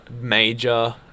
major